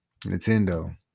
Nintendo